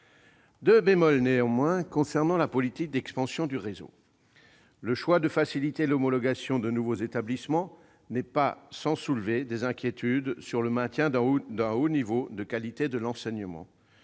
deux bémols s'agissant de la politique d'expansion du réseau. Le choix de faciliter l'homologation de nouveaux établissements n'est pas sans soulever des inquiétudes sur le maintien d'un haut niveau de qualité de l'enseignement.